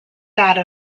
data